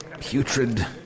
Putrid